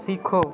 सीखो